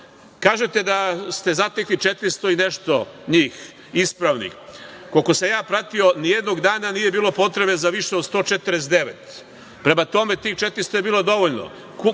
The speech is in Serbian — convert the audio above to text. Kažete da ste zatekli 400 i nešto njih ispravno. Koliko sam ja pratio, nijednog dana nije bilo potrebe za više od 149. Prema tome, tih 400 je bilo dovoljno.